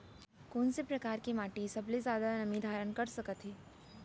कोन से परकार के माटी सबले जादा नमी धारण कर सकत हे?